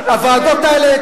הוועדות האלה,